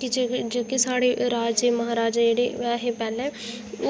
कि जेह्के साढ़े राजे महाराजे जेह्ड़े ऐ हे पैह्लैं